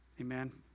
Amen